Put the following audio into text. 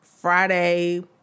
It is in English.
Friday